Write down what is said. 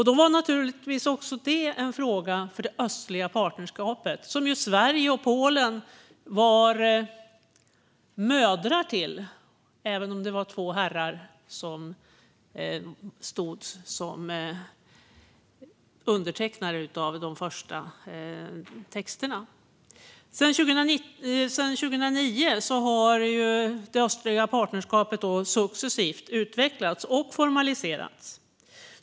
Då var naturligtvis också detta en fråga för det östliga partnerskapet, som ju Sverige och Polen var mödrar till, även om det var två herrar som stod som undertecknare av de första texterna. Sedan 2009 har det östliga partnerskapet successivt utvecklats och formaliserats.